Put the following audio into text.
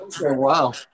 Wow